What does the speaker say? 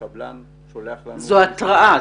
הקבלן שולח לנו --- זו הודעה,